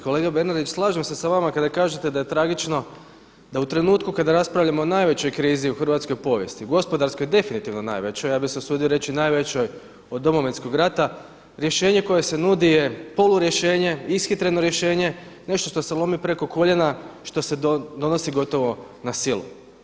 Kolega Bernardić, slažem se sa vama kada kažete da je tragično da u trenutku kada raspravljamo o najvećoj krizi u hrvatskoj povijesti, gospodarski definitivno najvećoj, ja bih se usudio reći najvećoj od Domovinskog rata rješenje koje se nudi je polu rješenje, ishitreno rješenje, nešto što se lomi preko koljena, što se donosi gotovo na silu.